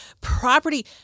property